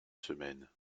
semaine